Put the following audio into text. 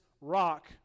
rock